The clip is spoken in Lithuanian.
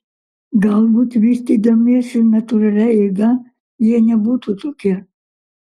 galbūt vystydamiesi natūralia eiga jie nebūtų tokie